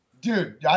Dude